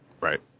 Right